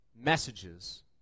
messages